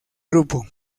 grupo